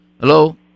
hello